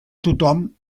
tothom